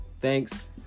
thanks